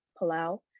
Palau